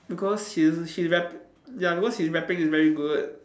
because he he rap ya because his rapping is very good